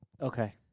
Okay